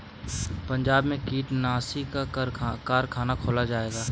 पंजाब में कीटनाशी का कारख़ाना खोला जाएगा